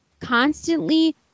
constantly